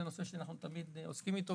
זה נושא שאנחנו תמיד עוסקים בו,